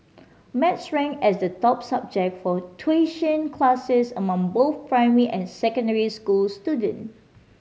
maths ranked as the top subject for tuition classes among both primary and secondary school student